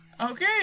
Okay